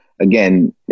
Again